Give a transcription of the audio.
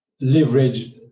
leverage